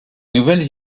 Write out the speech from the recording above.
nouvelles